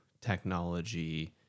technology